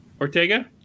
ortega